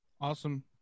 Awesome